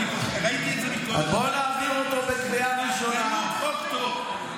אני חושב שהחוק טוב ונכון.